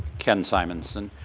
ken simonson.